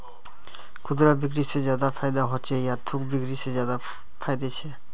खुदरा बिक्री से ज्यादा फायदा होचे या थोक बिक्री से ज्यादा फायदा छे?